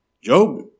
Job